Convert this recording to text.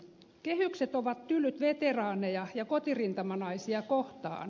kehykset ovat tylyt veteraaneja ja kotirintamanaisia kohtaan